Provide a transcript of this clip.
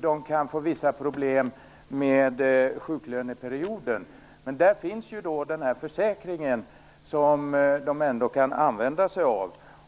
de får vissa problem med sjuklöneperioden, men där finns det ju en försäkring som de kan använda sig av.